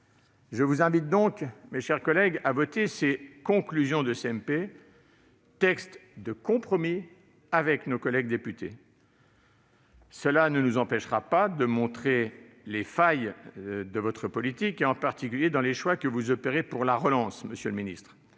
Je vous invite donc, mes chers collègues, à voter les conclusions de la CMP, texte de compromis avec nos collègues députés. Cela ne nous empêchera pas de montrer les failles de votre politique, en particulier dans les choix que vous opérez pour la relance, monsieur le ministre.